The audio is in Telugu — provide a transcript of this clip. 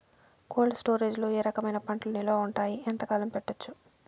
కోల్డ్ స్టోరేజ్ లో ఏ రకమైన పంటలు నిలువ ఉంటాయి, ఎంతకాలం పెట్టొచ్చు?